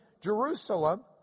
Jerusalem